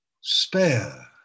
spare